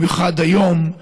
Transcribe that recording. במיוחד היום,